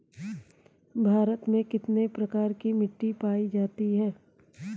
भारत में कितने प्रकार की मिट्टी पाई जाती है?